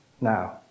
now